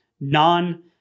non-